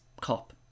cop